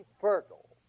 fertile